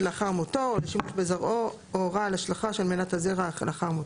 "לאחר מותו או לשימוש בזרעו או הורה על השלכה של מנת הזרע לאחר מותו".